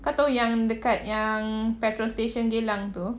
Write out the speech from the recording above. kau tahu yang dekat yang petrol station geylang tu